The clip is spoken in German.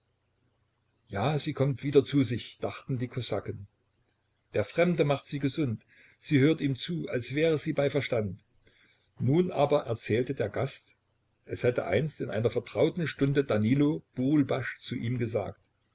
ja sie kommt wieder zu sich dachten die kosaken der fremde macht sie gesund sie hört ihm zu als wäre sie bei verstand nun aber erzählte der gast es hätte einst in einer vertrauten stunde danilo burulbasch zu ihm gesagt